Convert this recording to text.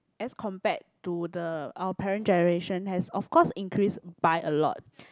as compared to the our parent generation has of course increased by a lot